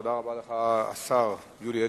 תודה רבה לך, השר יולי אדלשטיין,